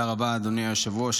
תודה רבה, אדוני היושב-ראש.